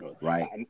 right